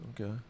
Okay